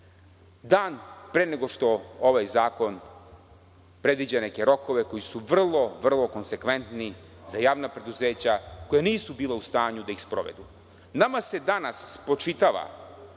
dan pre nego što ovaj zakon predviđa neke rokove koji su vrlo konsekventni za javna preduzeća koja nisu bila u stanju da ih sprovedu? Nama se danas spočitava